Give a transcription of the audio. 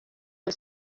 del